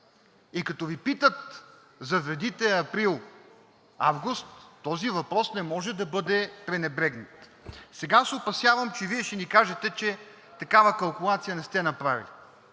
И като Ви питат за вредите април – август, този въпрос не може да бъде пренебрегнат. Сега се опасявам, че Вие ще ни кажете, че такава калкулация не сте направили.